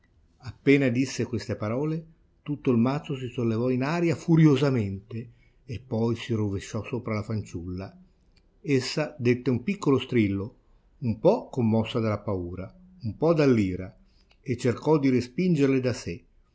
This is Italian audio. appena disse queste parole tutto il mazzo si sollevò in aria furiosamente e poi si rovesciò sopra la fanciulla essa dette un piccolo strillo un po commossa dalla paura un po dall'ira e cercò di respingerle da sè